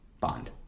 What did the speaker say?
bond